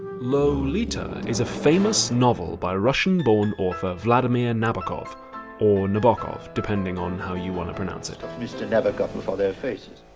lolita is a famous novel by russian-born author vladimir nabokov or nabokov depending on how you wanna pronounce it. mr. nabokov before their faces.